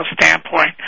standpoint